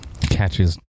catches